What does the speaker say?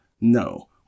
No